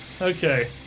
Okay